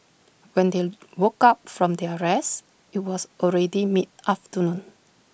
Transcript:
when they woke up from their rest IT was already mid afternoon